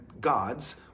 God's